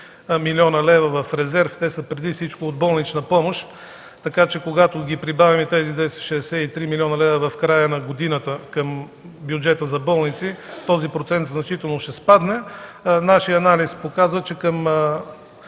млн. лв. в резерв. Те са преди всичко от болнична помощ, така че когато прибавим тези 263 млн. лв. в края на годината към бюджета за болници този процент значително ще спадне. Нашият анализ показва, че към